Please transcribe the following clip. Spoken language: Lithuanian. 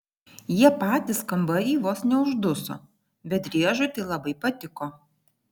jie patys kambary vos neužduso bet driežui tai labai patiko